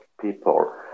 people